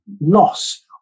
loss